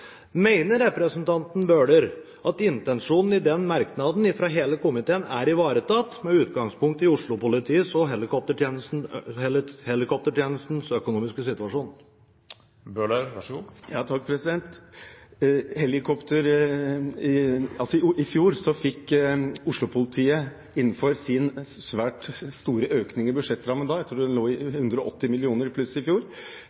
representanten Bøhler at intensjonen i den merknaden fra hele komiteen er ivaretatt, med utgangspunkt i Oslo-politiets og helikoptertjenestens økonomiske situasjon? I fjor fikk Oslo-politiet en svært stor økning i budsjettrammen – jeg tror de lå i 180 mill. kr i pluss i fjor.